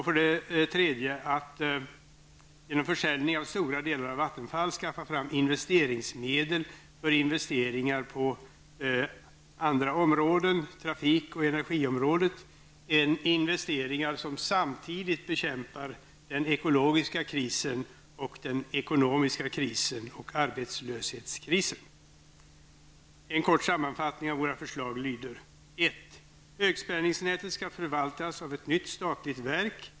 För det andra att genom försäljning av stora delar av Vattenfall skaffa fram investeringsmedel för investeringar på andra områden, såsom trafik och energiområdet; investeringar som samtidigt bekämpar den ekologiska krisen, den ekonomiska krisen och arbetslöshetskrisen. En kort sammanfattning av våra förslag lyder: 1. Högspänningsnätet skall förvaltas av ett nytt statligt verk.